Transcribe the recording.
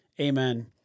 Amen